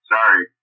Sorry